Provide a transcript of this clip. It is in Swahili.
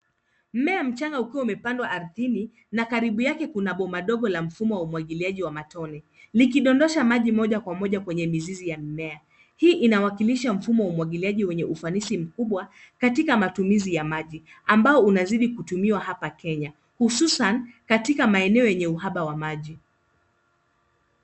Mmea mchanga umepandwa ardhini na karibu yake kuna bomba dogo la mfumo wa umwagiliaji wa matone, likidondosha maji moja kwa moja kwenye mizizi ya mmea. Hii inaonyesha mfumo wa umwagiliaji wenye ufanisi mkubwa katika matumizi ya maji, ambao unazidi kutumika hapa Kenya, hususan katika maeneo yenye uhaba wa maji.